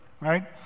right